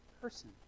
person